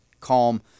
calm